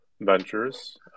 Ventures